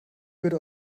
würde